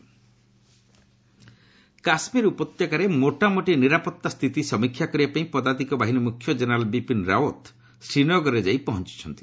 army chief Kashmir ଉପତ୍ୟକାରେ ମୋଟାମୋଟି ନିରାପତ୍ତା ସ୍ଥିତି ସମୀକ୍ଷା କରିବାପାଇଁ ପଦାତିକ ବାହିନୀ ମୁଖ୍ୟ କେନେରାଲ୍ ବିପିନ୍ ରାଓ୍ୱତ୍ ଶ୍ରୀନଗରରେ ଯାଇ ପହଞ୍ଚୁଛନ୍ତି